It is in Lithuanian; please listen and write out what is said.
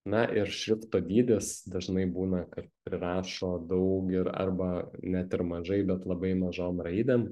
na ir šrifto dydis dažnai būna kad prirašo daug ir arba net ir mažai bet labai mažom raidėm